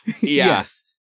Yes